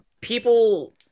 people